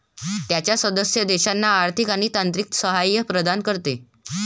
त्याच्या सदस्य देशांना आर्थिक आणि तांत्रिक सहाय्य प्रदान करते